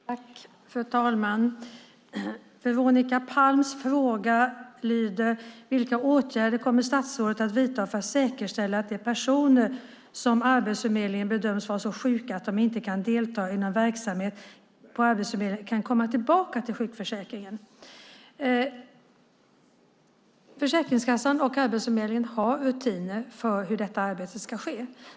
Fru talman! Veronica Palms fråga lyder: Vilka åtgärder kommer statsrådet att vidta för att säkerställa att de personer som Arbetsförmedlingen bedömt vara så sjuka att de inte kan delta i någon verksamhet hos Arbetsförmedlingen kan komma tillbaka till sjukförsäkringen? Försäkringskassan och Arbetsförmedlingen har rutiner för hur detta arbete ska ske.